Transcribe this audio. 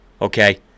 Okay